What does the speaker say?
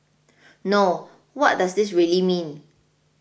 no what does this really mean